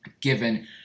given